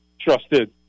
trusted